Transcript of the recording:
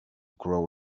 grow